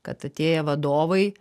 kad atėję vadovai